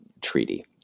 treaty